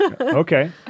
Okay